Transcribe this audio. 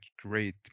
great